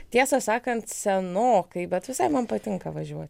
tiesą sakant senokai bet visai man patinka važiuoti